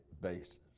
basis